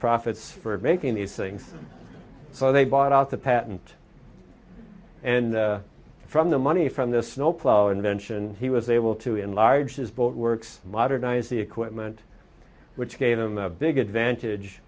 profits for making these things so they bought out the patent and from the money from this snowplow invention he was able to enlarge his boat works modernize the equipment which gave him a big advantage